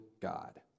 God